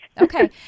Okay